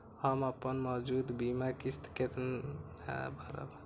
हम अपन मौजूद बीमा किस्त केना भरब?